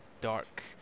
dark